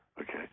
okay